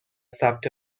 ثبت